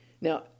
Now